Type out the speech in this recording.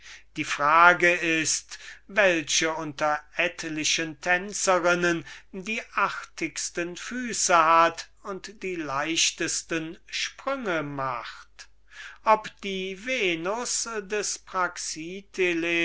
die frage ist welche unter etlichen tänzerinnen die artigsten füße hat und die schönsten sprünge macht ob die venus des